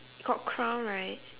got crown right